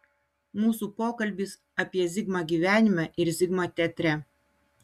mūsų pokalbis apie zigmą gyvenime ir zigmą teatre